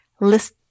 list